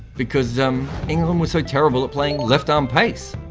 because um england was so terrible at playing left arm pace,